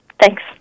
Thanks